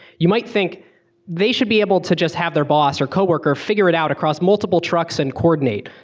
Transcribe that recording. you might think they should be able to just have their boss or co-worker figure it out across multiple trucks and coordinate,